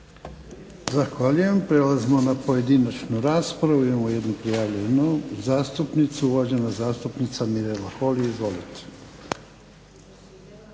Zahvaljujem. Prelazimo na pojedinačnu raspravu. Imamo jednu prijavljenu zastupnicu, uvažena zastupnica Mirela Holy. Izvolite.